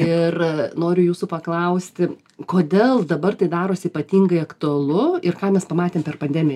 ir noriu jūsų paklausti kodėl dabar tai darosi ypatingai aktualu ir ką mes pamatėm per pandemiją